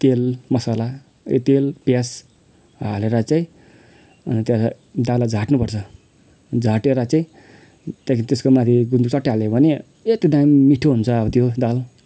तेल मसला ए तेल प्याज हालेर चाहिँ अनि त्यसलाई दाललाई झाट्नुपर्छ झाटेर चाहिँ त्यहाँदेखि त्यसको माथि गुन्द्रुक च्वाट्टै हालिदियो भने एकदम दामी मिठो हुन्छ अब त्यो दाल